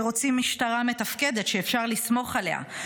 שרוצים משטרה מתפקדת שאפשר לסמוך עליה,